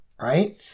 right